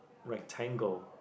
rectangle